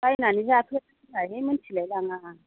बायनानै जाफेरैखाय मिन्थिलाय लाङा